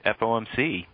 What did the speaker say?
FOMC